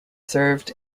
served